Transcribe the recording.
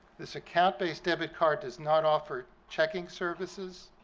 this account-based debit card does not offer checking services,